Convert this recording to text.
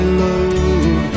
love